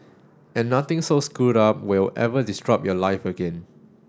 and nothing so screwed up will ever disrupt your life again